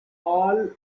all